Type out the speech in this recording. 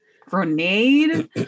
grenade